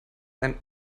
ein